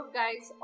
guys